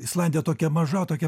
islandija tokia maža tokia